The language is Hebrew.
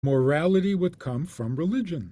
Morality would come from religion.